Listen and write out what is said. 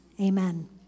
Amen